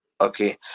Okay